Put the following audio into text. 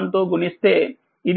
ఉంటుంది